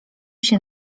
się